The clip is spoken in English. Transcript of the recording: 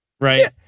right